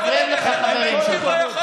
מפריעים לך חברים שלך.